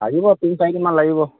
লাগিব তিনি চাৰি দিনমান লাগিব